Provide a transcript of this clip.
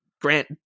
grant